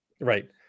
right